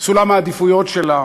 החברה הישראלית, סולם העדיפויות שלה